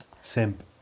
Simp